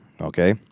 okay